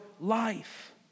life